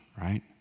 right